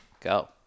go